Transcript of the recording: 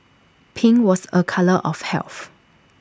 pink was A colour of health